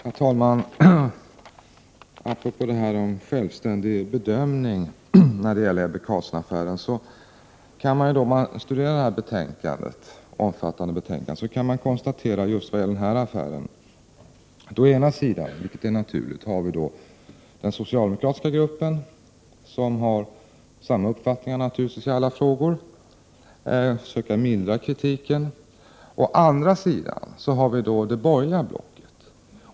Herr talman! Apropå självständig bedömning kan man, om man i detta omfattande betänkande studerar det som gäller Ebbe Carlsson-affären, konstatera att vi å ena sidan — vilket är naturligt — har den socialdemokratiska gruppen som naturligtvis har samma uppfattning i alla frågor. Man försöker mildra kritiken. Å andra sidan har vi det borgerliga blocket.